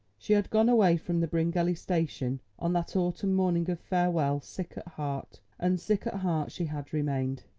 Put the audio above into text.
she had gone away from the bryngelly station on that autumn morning of farewell sick at heart, and sick at heart she had remained.